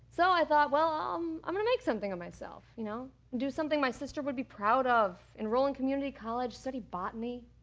so i thought ah, well um i'm gonna make something of myself, you know do something my sister would be proud of, enroll in community college, study botany